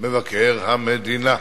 מבקר המדינה.